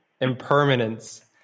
Impermanence